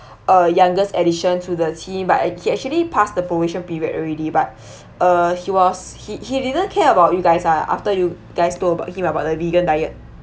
uh youngest addition to the team but uh he actually passed the probation period already but uh he was he he didn't care about you guys lah after you guys told about him about the vegan diet